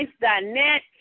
net